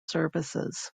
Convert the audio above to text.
services